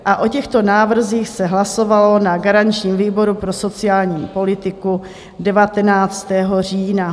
O těchto návrzích se hlasovalo na garančním výboru pro sociální politiku 19. října.